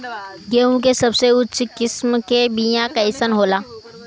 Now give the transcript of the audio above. गेहूँ के सबसे उच्च किस्म के बीया कैसन होला?